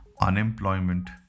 unemployment